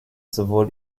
sowohl